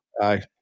Aye